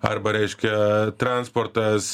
arba reiškia transportas